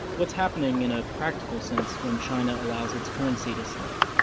what's happening in a practical sense when china allows its currency to slip?